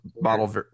bottle